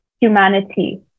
humanity